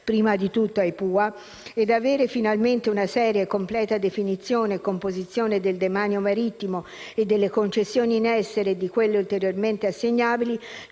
degli arenili (PUA) - e avere finalmente una seria e completa definizione e composizione del demanio marittimo e delle concessioni in essere e di quelle ulteriormente assegnabili,